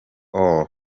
all